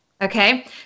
Okay